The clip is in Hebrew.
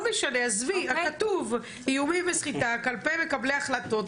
כתוב איומים וסחיטה כלפי מקבלי החלטות,